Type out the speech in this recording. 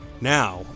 Now